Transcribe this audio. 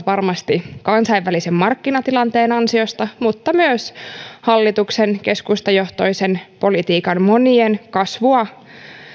varmasti kansainvälisen markkinatilanteen ansiosta mutta myös hallituksen keskustajohtoisen politiikan monien kasvua